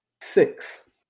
Six